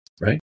right